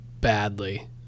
badly